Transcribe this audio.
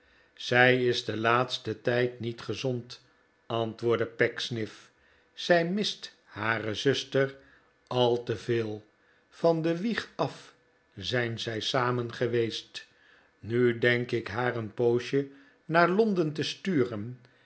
zij is den laatsten tijd niet gezond antwoordde pecksniff zij mist haar zuster al te veel van de wieg af zrjn zij samen geweest nu denk ik haar een poosje naar londen te sturen